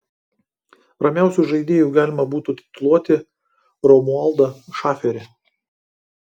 ramiausiu žaidėju galima būtų tituluoti romualdą šaferį